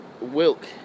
Wilk